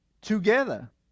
together